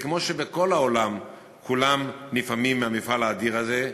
וכמו שבכל העולם כולם נפעמים מהמפעל האדיר הזה,